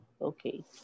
Okay